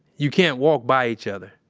you can't walk by each other.